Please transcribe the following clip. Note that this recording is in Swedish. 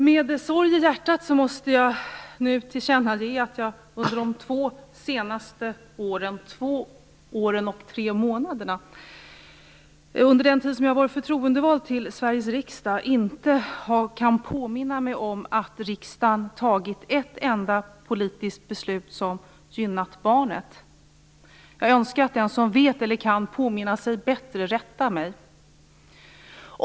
Med sorg i hjärtat måste jag tillkännage att jag under de senaste två åren och tre månaderna, den tid som jag har varit förtroendevald till Sveriges riksdag, inte kan påminna mig att riksdagen fattat ett enda politiskt beslut som gynnat barnen. Jag önskar att den som vet eller kan påminna sig bättre än jag rättar mig.